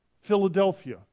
Philadelphia